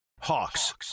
Hawks